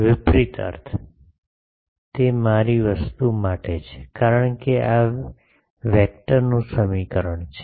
વિપરીત અર્થ તે મારી વસ્તુ માટે છે કારણ કે આ વેક્ટરનું સમીકરણ છે